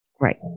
Right